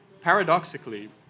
paradoxically